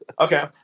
Okay